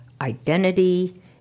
identity